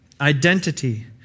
Identity